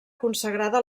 consagrada